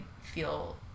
feel